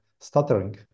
stuttering